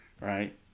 right